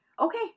okay